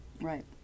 Right